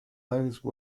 those